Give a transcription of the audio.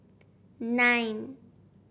nine